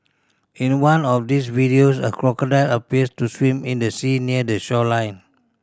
in one of these videos a crocodile appears to swim in the sea near the shoreline